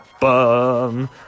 bum